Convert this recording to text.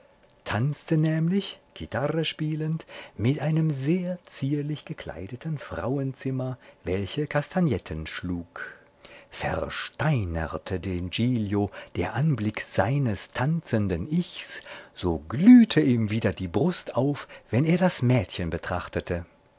tanzte nämlich chitarre spielend mit einem sehr zierlich gekleideten frauenzimmer welche kastagnetten schlug versteinerte den giglio der anblick seines tanzenden ichs so glühte ihm wieder die brust auf wenn er das mädchen betrachtete